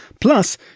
Plus